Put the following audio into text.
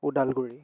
Udalguri